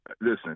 Listen